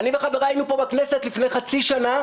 אני וחבריי היינו פה בכנסת לפני חצי שנה.